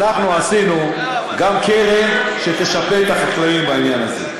אנחנו עשינו גם קרן שתשפה את החקלאים בעניין הזה.